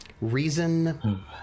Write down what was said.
Reason